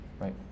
right